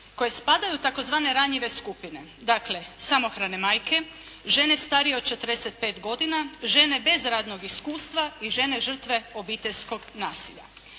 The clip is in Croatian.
koje spadaju u tzv. ranjive skupine. Dakle, samohrane majke, žene starije od 45 godina, žene bez radnog iskustva i žene žrtve obiteljskog nasilja.